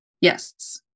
Yes